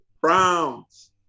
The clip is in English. Browns